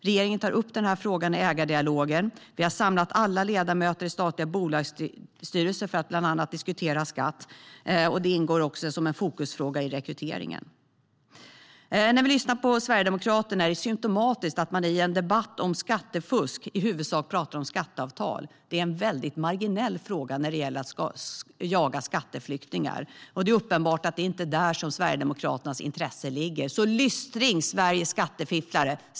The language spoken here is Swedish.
Regeringen tar upp denna fråga i ägardialoger. Vi har samlat alla ledamöter i statliga bolagsstyrelser för att bland annat diskutera skatt, och det ingår också som en fokusfråga i rekryteringen. När vi lyssnar på Sverigedemokraterna är det symtomatiskt att man i en debatt om skattefusk i huvudsak pratar om skatteavtal. Det är en väldigt marginell fråga när det gäller att jaga skatteflyktingar. Det är uppenbart att det inte är där som Sverigedemokraternas intresse ligger. Lystring, Sveriges skattefifflare!